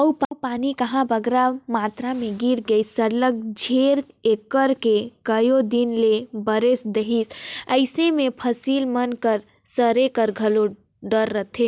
अउ पानी कहांे बगरा मातरा में गिर गइस सरलग झेर कइर के कइयो दिन ले बरेस देहिस अइसे में फसिल मन कर सरे कर घलो डर रहथे